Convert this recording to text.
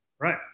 Right